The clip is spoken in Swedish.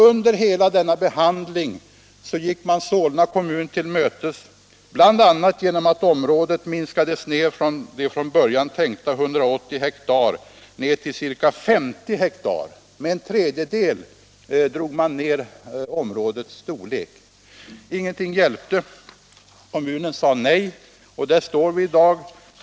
Under hela denna behandling gick man Solna kommun till mötes bl.a. genom att området minskades från 180 hektar, som man från början tänkt, till ca 50 hektar. Man drog alltså ner områdets storlek med en tredjedel. Ingenting hjälpte. Kommunen sade nej, och där står vi i dag.